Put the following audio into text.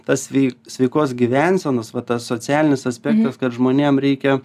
tas svei sveikos gyvensenos va tas socialinis aspektas kad žmonėm reikia